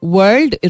World